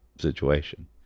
situation